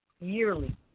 yearly